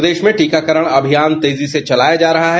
प्रदेश में टीकाकरण अभियान तेजी से चलाया जा रहा है